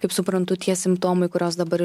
kaip suprantu tie simptomai kuriuos dabar